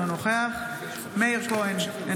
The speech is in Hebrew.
אינו נוכח מאיר כהן,